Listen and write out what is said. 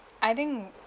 I think